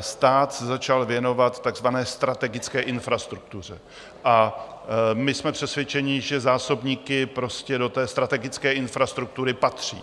se stát začal věnovat takzvané strategické infrastruktuře, a my jsme přesvědčeni, že zásobníky prostě do strategické infrastruktury patří.